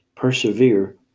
persevere